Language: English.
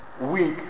week